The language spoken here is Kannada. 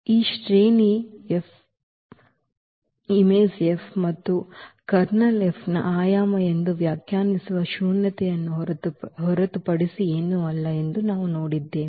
ಮತ್ತು ಈ ಶ್ರೇಣಿ Im ಮತ್ತು ನಾವು Ker ನ ಆಯಾಮ ಎಂದು ವ್ಯಾಖ್ಯಾನಿಸುವ ಶೂನ್ಯತೆಯನ್ನು ಹೊರತುಪಡಿಸಿ ಏನೂ ಅಲ್ಲ ಎಂದು ನಾವು ನೋಡಿದ್ದೇವೆ